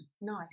Nice